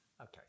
Okay